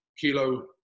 kilo